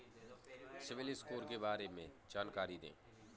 CIBIL score के बारे में जानकारी दें?